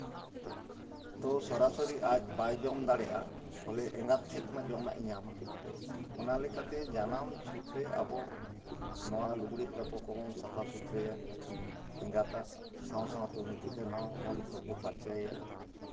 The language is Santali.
ᱛᱚ ᱥᱚᱨᱟᱥᱚᱨᱤ ᱟᱡ ᱵᱟᱭ ᱡᱚᱢ ᱫᱟᱲᱮᱭᱟᱜᱼᱟ ᱛᱟᱦᱚᱞᱮ ᱮᱸᱜᱟᱛ ᱴᱷᱮᱡ ᱠᱷᱚᱱᱟᱜ ᱡᱚᱢᱟᱜᱼᱮ ᱧᱟᱢᱟ ᱚᱱᱟᱞᱮᱠᱟᱛᱮ ᱡᱟᱱᱟᱢ ᱪᱷᱩᱸᱛ ᱨᱮ ᱟᱵᱚ ᱱᱚᱣᱟ ᱞᱩᱜᱽᱲᱤ ᱞᱟᱯᱚ ᱠᱚᱵᱚᱱ ᱥᱟᱯᱷᱟ ᱥᱩᱛᱨᱟᱹᱭᱟ ᱮᱸᱜᱟᱛᱟᱜ ᱥᱟᱶ ᱥᱟᱶ ᱛᱮ ᱩᱱᱤ ᱜᱤᱫᱟᱹᱨ ᱦᱚᱸ ᱵᱚᱱ ᱛᱳᱯᱳ ᱯᱷᱟᱨᱪᱟᱭᱮᱭᱟ